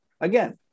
Again